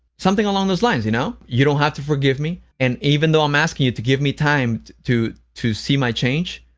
something along those lines, you know? you don't have to forgive me and, even though i'm asking you to give me time to to see my change,